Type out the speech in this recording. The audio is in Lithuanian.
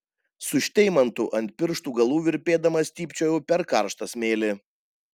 su šteimantu ant pirštų galų virpėdama stypčiojau per karštą smėlį